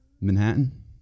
Manhattan